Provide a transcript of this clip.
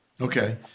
Okay